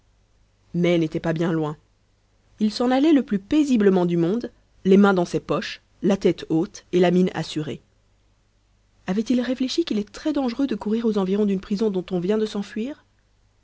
mai n'était pas bien loin il s'en allait le plus paisiblement du monde les mains dans ses poches la tête haute et la mine assurée avait-il réfléchi qu'il est très dangereux de courir aux environs d'une prison dont on vient de s'enfuir